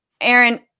Aaron